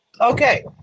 Okay